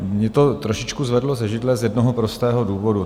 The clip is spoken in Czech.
Mě to trošičku zvedlo ze židle z jednoho prostého důvodu.